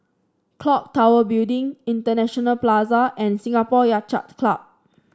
clock Tower Building International Plaza and Singapore Yacht Club